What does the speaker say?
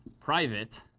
private